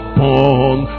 born